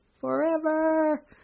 forever